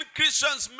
Christians